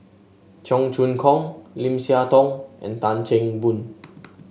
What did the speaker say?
Cheong Choong Kong Lim Siah Tong and Tan Chan Boon